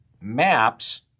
maps